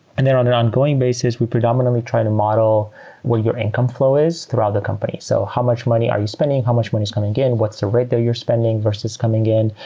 and then on an ongoing basis, we predominantly try to model what your income flow is throughout the company. so how much money are you spending? how much money is coming in? what's the rate that you're spending versus coming in?